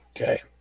Okay